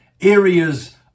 areas